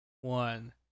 one